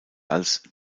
als